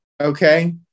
Okay